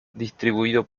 distribuido